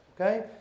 okay